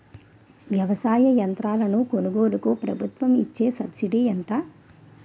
వ్యవసాయ యంత్రాలను కొనుగోలుకు ప్రభుత్వం ఇచ్చే సబ్సిడీ ఎంత?